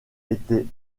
était